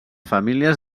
famílies